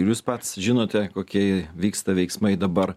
ir jūs pats žinote kokie vyksta veiksmai dabar